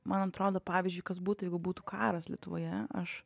man atrodo pavyzdžiui kas būtų jeigu būtų karas lietuvoje aš